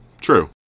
True